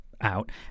out